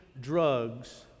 drugs